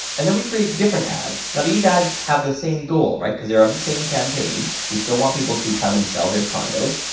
and then we create different ads. now these ads have the same goal, right, because they're of the same campaign. we still want people to come and sell their condos.